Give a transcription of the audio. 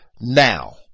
now